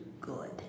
good